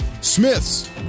Smith's